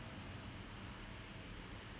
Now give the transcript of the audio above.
as you can see you currently none of our wings have